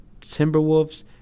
Timberwolves